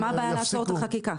מה הבעיה לעצור את החקיקה?